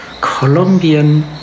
Colombian